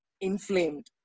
inflamed